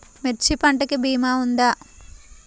మిర్చి పంటకి భీమా ఉందా?